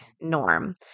norm